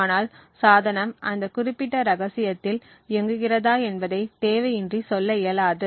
ஆனால் சாதனம் அந்த குறிப்பிட்ட ரகசியத்தில் இயங்குகிறதா என்பதை தேவையின்றி சொல்ல இயலாது